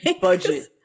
Budget